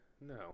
No